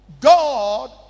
God